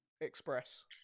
express